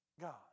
God